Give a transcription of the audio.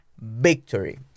victory